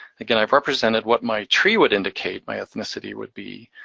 again i've represented what my tree would indicate my ethnicity would be.